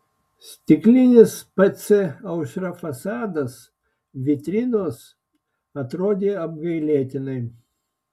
stiklinis pc aušra fasadas vitrinos atrodė apgailėtinai